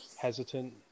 hesitant